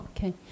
Okay